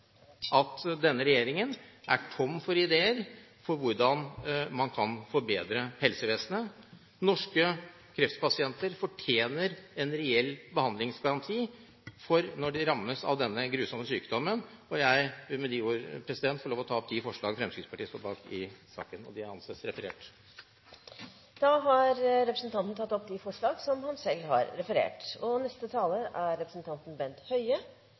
at denne regjeringen er tom for ideer om hvordan man kan forbedre helsevesenet. Norske kreftpasienter fortjener en reell behandlingsgaranti når de rammes av denne grusomme sykdommen. Jeg vil med disse ord ta opp de forslagene i saken som Fremskrittspartiet – sammen med Høyre og Kristelig Folkeparti – står bak. Representanten Per Arne Olsen har tatt opp de forslagene han refererte til. Dette er